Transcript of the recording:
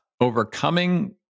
overcoming